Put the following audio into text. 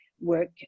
work